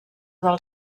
del